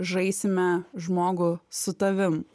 žaisime žmogų su tavim